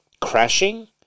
Crashing